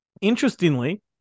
Interestingly